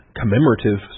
commemorative